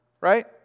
right